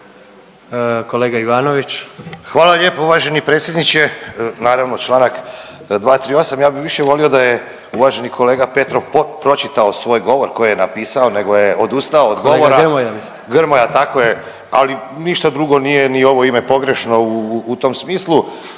Hvala lijepo uvaženi predsjedniče, naravno članak 238. Ja bih više volio da je uvaženi kolega Petrov pročitao svoj govor koji je napisao, nego je odustao od govora. …/Upadica predsjednik: Grmoja mislite?/…